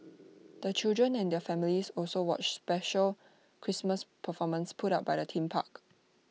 the children and their families also watched special Christmas performances put up by the theme park